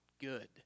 good